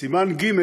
סימן ג',